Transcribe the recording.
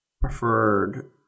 preferred